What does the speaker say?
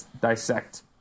dissect